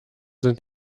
sind